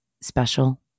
special